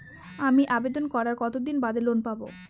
আমি আবেদন করার কতদিন বাদে লোন পাব?